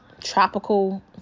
tropical